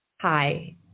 Hi